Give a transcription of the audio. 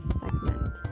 segment